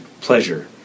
pleasure